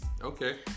okay